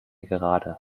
gerade